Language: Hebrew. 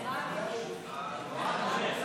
הצעת חוק המקרקעין (תיקון,